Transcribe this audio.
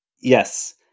Yes